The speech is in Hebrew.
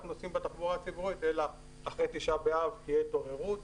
נוסעים בתחבורה הציבורית אלא אחרי ט' באב תהיה התעוררות,